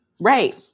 Right